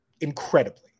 incredibly